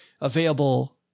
available